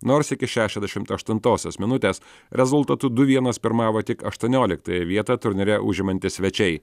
nors iki šešiasdešimt aštuntosios minutės rezultatu du vienas pirmavo tik aštuonioliktąją vietą turnyre užimantys svečiai